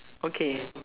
okay